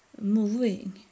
moving